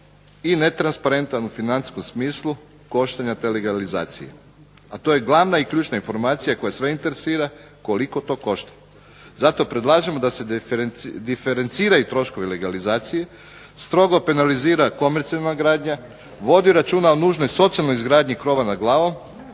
i netransparentan u financijskom smislu koštanja te legalizacije. A to je glavna i ključna informacija koja sve interesira koliko to košta. Zato predlažemo da se diferenciraju troškovi legalizacije, strogo penalizira komercijalna gradnja, vodi računa o nužnoj socijalnoj izgradnji krova nad glavom